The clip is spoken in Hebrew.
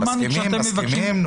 מסכימים.